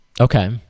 okay